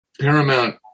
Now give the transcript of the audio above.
Paramount